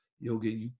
Yoga